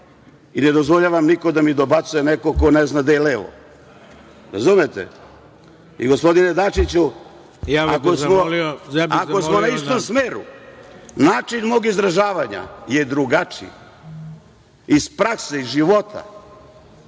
I ne dozvoljavam niko da mi dobacuje, neko ko ne zna gde je levo. Gospodine Dačiću, ako smo na istom smeru, način mog izražavanja je drugačiji, iz prakse, iz života.